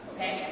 Okay